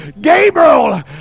Gabriel